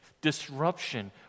disruption